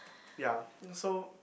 ya think so